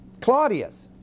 Claudius